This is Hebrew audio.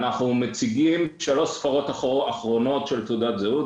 אבל אנחנו מציגים שלוש ספרות אחרונות של תעודות זהות,